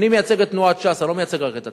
אני מייצג את תנועת ש"ס, אני לא מייצג רק את עצמי.